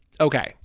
Okay